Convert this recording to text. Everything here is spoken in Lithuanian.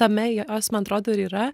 tame jos man atrodo ir yra